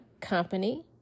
company